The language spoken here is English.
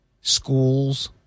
school's